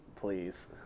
please